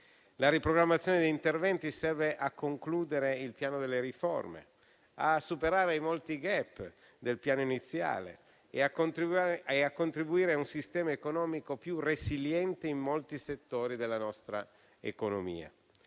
La riprogrammazione degli interventi serve a concludere il piano delle riforme, a superare i molti *gap* del Piano iniziale e a contribuire a un sistema economico più resiliente in molti settori della nostra economia.